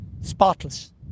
Spotless